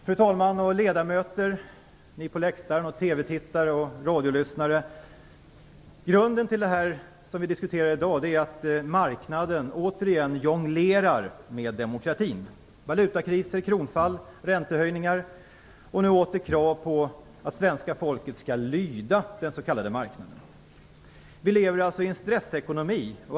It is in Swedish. Fru talman! Ledamöter! Ni på läktaren, TV-tittare och radiolyssnare! Grunden till det vi diskuterar i dag är att marknaden återigen jonglerar med demokratin: valutakriser, kronfall, räntehöjningar och nu åter krav på att svenska folket skall lyda den s.k. marknaden. Vi lever i en stressekonomi.